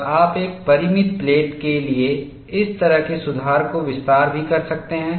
और आप एक परिमित प्लेट के लिए इस तरह के सुधार का विस्तार भी कर सकते हैं